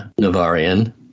Navarian